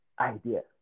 idea